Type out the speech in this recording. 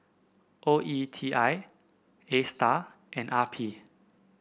O E T I Astar and R P